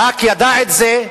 ברק ידע את זה,